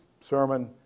sermon